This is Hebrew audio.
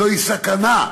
זוהי סכנה.